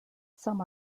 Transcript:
some